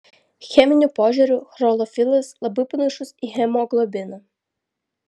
cheminiu požiūriu chlorofilas labai panašus į hemoglobiną